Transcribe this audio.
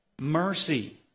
mercy